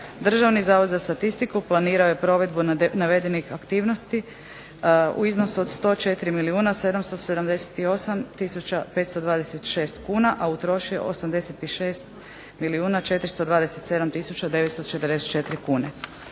Državni zavod za statistiku planirao je provedbu navedenih aktivnosti u iznosu 104 milijuna 778 tisuća 526 kuna,